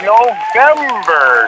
November